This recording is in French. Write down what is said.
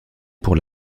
pour